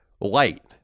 light